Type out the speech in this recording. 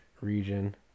region